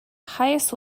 highest